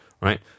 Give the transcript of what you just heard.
right